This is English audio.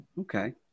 Okay